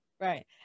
right